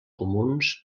comuns